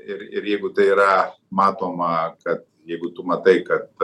ir ir jeigu tai yra matoma kad jeigu tu matai kad